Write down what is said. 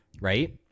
right